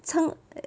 从